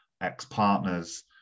ex-partners